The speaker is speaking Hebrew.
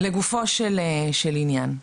לגופו של ענין,